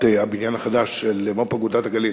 הבניין החדש של מו"פ "אגודת הגליל".